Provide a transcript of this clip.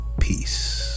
peace